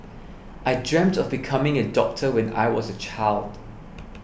I dreamt of becoming a doctor when I was a child